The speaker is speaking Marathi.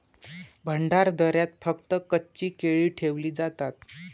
भंडारदऱ्यात फक्त कच्ची केळी ठेवली जातात